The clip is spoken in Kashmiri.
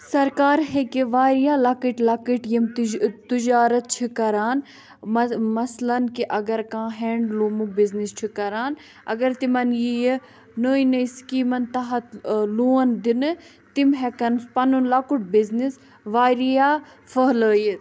سَرکار ہیٚکہِ واریاہ لَکٕٹۍ لَکٕٹۍ یِم تُجارت چھِ کَران مَز مثلاً کہِ اگر کانٛہہ ہینٛڈ لوٗمُک بِزنیٚس چھُ کَران اگر تِمَن ییہِ نٔے نٔے سِکیٖمَن تحت ٲں لوٗن دِنہٕ تِم ہیٚکَن پَنُن لَکُٹ بِزنیٚس واریاہ پھٔہلٲیِتھ